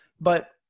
but-